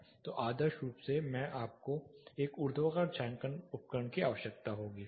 तो आदर्श रूप में आपको एक ऊर्ध्वाधर छायांकन उपकरण की आवश्यकता होगी